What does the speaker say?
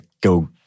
go